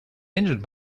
engine